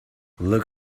look